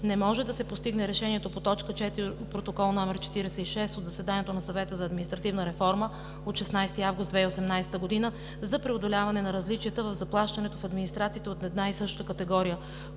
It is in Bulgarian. не може да се постигне решението по т. 4 от Протокол № 46 от заседанието на Съвета за административна реформа от 16 август 2018 г. за преодоляване на различията в заплащането в администрациите от една и съща категория.